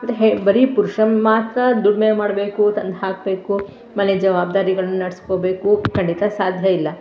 ಮತ್ತು ಹೆ ಬರಿ ಪುರುಷ ಮಾತ್ರ ದುಡಿಮೆ ಮಾಡಬೇಕು ತಂದು ಹಾಕಬೇಕು ಮನೆ ಜವಾಬ್ದಾರಿಗಳು ನಡ್ಸ್ಕೊಳ್ಬೇಕು ಖಂಡಿತ ಸಾಧ್ಯ ಇಲ್ಲ